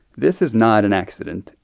this is not an accident.